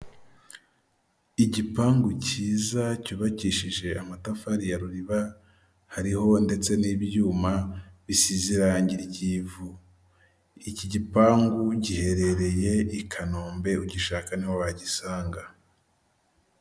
Nta muntu utagira inzozi zo kuba mu nzu nziza kandi yubatse neza iyo nzu iri mu mujyi wa kigali uyishaka ni igihumbi kimwe cy'idolari gusa wishyura buri kwezi maze nawe ukibera ahantu heza hatekanye.